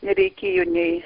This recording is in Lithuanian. nereikėjo nei